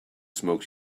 smoke